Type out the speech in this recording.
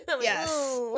yes